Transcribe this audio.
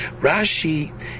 Rashi